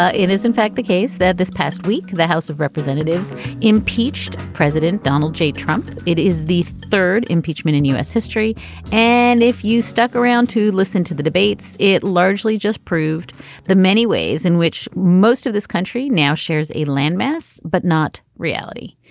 ah it is, in fact, the case that this past week the house of representatives impeached president donald j. trump. it is the third impeachment history and if you stuck around to listen to the debates, it largely just proved the many ways in which most of this country now shares a landmass, but not reality.